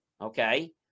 Okay